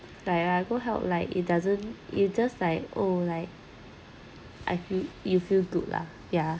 like I go help like it doesn't you just like oh like I feel you feel good lah ya